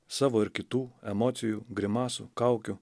savo ir kitų emocijų grimasų kaukių